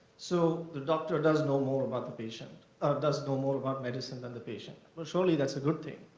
so the doctor does know more about the patient or does know more about medicine than the patient, but surely that's a good thing.